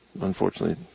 unfortunately